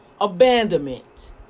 Abandonment